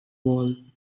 wall